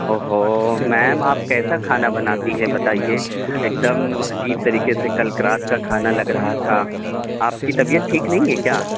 او ہو میم آپ کیسا کھانا بناتی ہے بتائیے ایک دم عجیب طریکے سے کل رات کا کھانا لگ رہا تھا آپ کی طبیعت ٹھیک نہیں ہے کیا